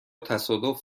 تصادف